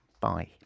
Bye